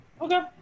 Okay